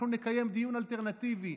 אנחנו נקיים דיון אלטרנטיבי.